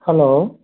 hello